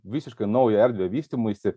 visiškai naują erdvę vystymuisi